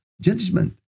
judgment